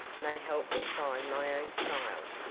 may help me find my own child,